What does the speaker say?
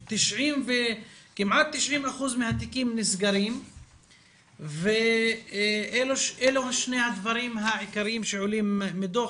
כמעט 90% מהתיקים נסגרים ואלו שני הדברים העיקריים שעולים מהדוח,